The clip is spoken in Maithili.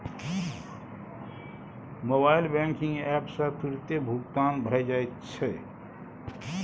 मोबाइल बैंकिंग एप सँ तुरतें भुगतान भए जाइत छै